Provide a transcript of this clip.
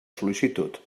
sol·licitud